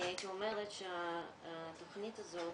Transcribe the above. אני הייתי אומרת שהתכנית הזאת